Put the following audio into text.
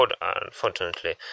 unfortunately